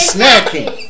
snacking